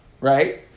right